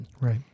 Right